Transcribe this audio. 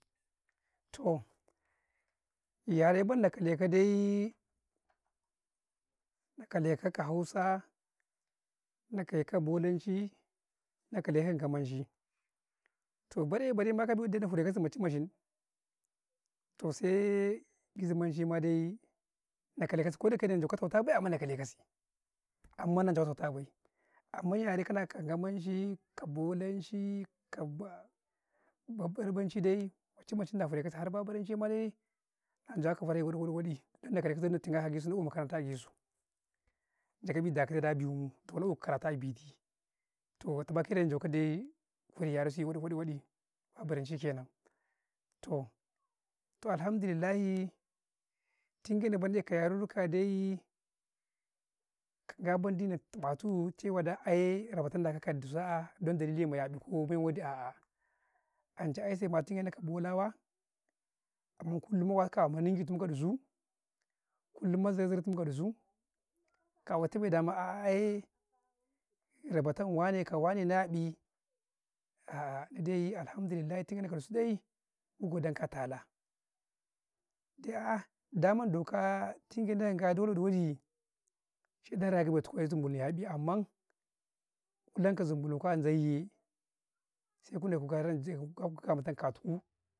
﻿Toh yare ban na ka kake ka daii na kake le ka ka hausaa, na kale ka bolancii, na kale ka ka ka gamanci, toh bare-bari ma doma na fire suka micin-micin, toh sai gizi-manci ma dai na kale kasu, koda yake na jo ka tau ta bay, amman na kale kasi, amman yare ka, na ka ka gamaci, ka bolancii, ka barbanci dai micin-micinna fire kasi, kar har baburanci ma day, na jawa fare waɗi-waɗi-wadii, don na kale kau dan naii makaranta a gisu, na tun ga agisu, jagau da doga tau bi yuu toh na eh ka karatu abii ti, toh najo ka dai yare waɗi waɗi baburanci kenan, toh toh alhamdullillahi tun ke nauii ka yarirri ka daii, kan ka mendi na ნa tuu, cewai ayee rabatan naka ka dusuu, a'aah dan dage ma ya ნi ko wadi a'ah ancai ai sai ma tun ge nau ka bolawa amun kunnu ma waka yaaa, ma tunge nau ka dusu, kaullum ma zaura-zura'u tum mu ka dusu, kak fati bay, da a'ah rabatan wane ka wane na ya ნi, a'ah Ndai alhammdullillah ma tun ge nau ka dusu dai mum gadan kau a tala, daa daa man dokaa tun ge nau kan ga, dole ka wadi, shai ɗan na raye tuku zum bulu tukuya ნi nan ka zun bulutuku, zam bay yee, sai ku nay ka zan yee.